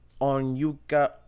Onyuka